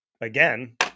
again